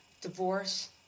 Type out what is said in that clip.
divorce